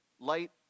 Light